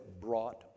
brought